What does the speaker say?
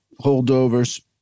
holdovers